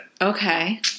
Okay